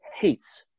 hates